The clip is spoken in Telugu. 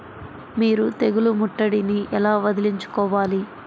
మీరు తెగులు ముట్టడిని ఎలా వదిలించుకోవాలి?